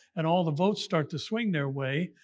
and all the votes start to swing their way.